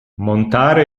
montare